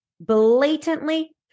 blatantly